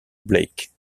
blake